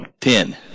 ten